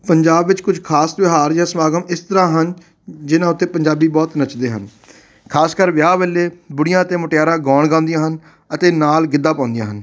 ਪੰਜਾਬ ਵਿੱਚ ਕੁਝ ਖਾਸ ਤਿਉਹਾਰ ਜਾਂ ਸਮਾਗਮ ਇਸ ਤਰ੍ਹਾਂ ਹਨ ਜਿਨ੍ਹਾਂ ਉੱਤੇ ਪੰਜਾਬੀ ਬਹੁਤ ਨੱਚਦੇ ਹਨ ਖਾਸ ਕਰ ਵਿਆਹ ਵੇਲੇ ਬੁੜੀਆਂ ਅਤੇ ਮੁਟਿਆਰਾਂ ਗਾਉਣ ਗਾਉਂਦੀਆਂ ਹਨ ਅਤੇ ਨਾਲ ਗਿੱਧਾ ਪਾਉਂਦੀਆਂ ਹਨ